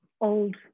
old